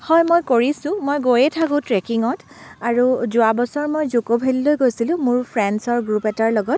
হয় মই কৰিছোঁ মই গৈয়ে থাকোঁ ট্ৰেকিঙত আৰু যোৱা বছৰ মই জুক' ভেলীলৈ গৈছিলোঁ মোৰ ফ্ৰেণ্ডচৰ গ্ৰুপ এটাৰ লগত